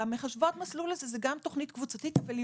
"מחשבות מסלול מחדש" זו גם תוכנית קבוצתית והיא